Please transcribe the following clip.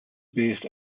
based